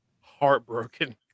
heartbroken